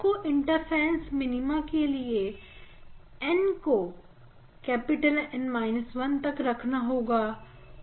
आप को interference minima के लिए n को N 1 तक रखना होगा